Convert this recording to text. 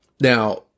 Now